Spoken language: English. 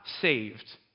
saved